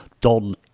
Don